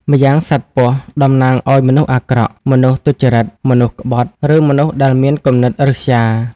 ម្យ៉ាងសត្វពស់តំណាងឲ្យមនុស្សអាក្រក់ មនុស្សទុច្ចរិត មនុស្សក្បត់ ឬមនុស្សដែលមានគំនិតឫស្យា។